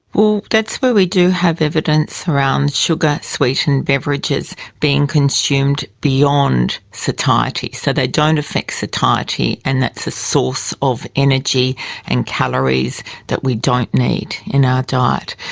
well, that's where we do have evidence around sugar-sweetened beverages being consumed beyond satiety. so they don't affect satiety and that's a source of energy and calories that we don't need in our diet.